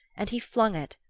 and he flung it,